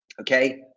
Okay